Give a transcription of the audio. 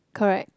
correct